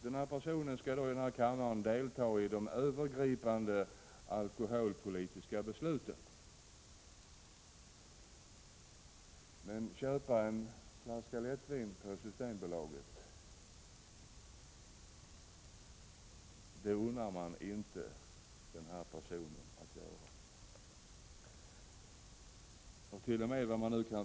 Denna person skall då i denna kammare delta i de övergripande alkoholpolitiska besluten, men köpa en flaska lättvin på Systembolaget det unnar man inte denna person att göra.